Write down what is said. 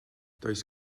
does